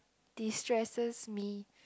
destresses me